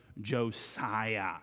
Josiah